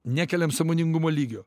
nekeliam sąmoningumo lygio